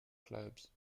clubs